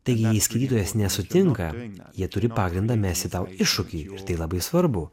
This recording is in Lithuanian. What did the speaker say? taigi jei skaitytojas nesutinka jie turi pagrindą mesti tau iššūkį ir tai labai svarbu